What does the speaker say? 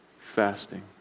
Fasting